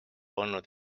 olnud